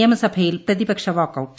നിയമസഭയിൽ പ്രതിപക്ഷ് വാക്കൌട്ട്